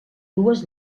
dues